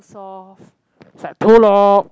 soft it's like too loud